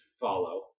follow